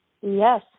Yes